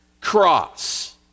cross